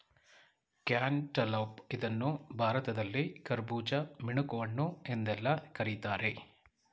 cantaloupe ಇದನ್ನು ಭಾರತದಲ್ಲಿ ಕರ್ಬುಜ, ಮಿಣಕುಹಣ್ಣು ಎಂದೆಲ್ಲಾ ಕರಿತಾರೆ